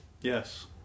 Yes